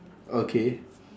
okay